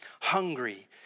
Hungry